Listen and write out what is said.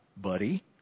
buddy